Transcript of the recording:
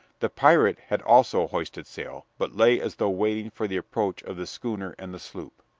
the pirate had also hoisted sail, but lay as though waiting for the approach of the schooner and the sloop.